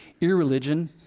irreligion